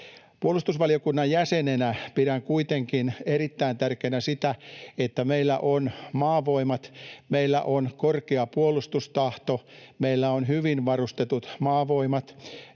Puolustusvaliokunnan jäsenenä pidän kuitenkin erittäin tärkeänä sitä, että meillä on maavoimat, meillä on korkea puolustustahto, meillä on hyvin varustetut maavoimat,